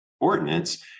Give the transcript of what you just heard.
ordinance